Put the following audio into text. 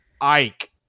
Ike